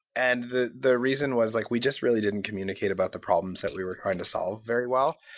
and the the reason was like we just really didn't communicate about the problems that we were trying to solve very well,